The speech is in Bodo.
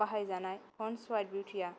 बाहाय जानाय फनस हवाट बिउथिया